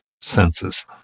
senses